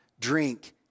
drink